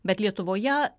bet lietuvoje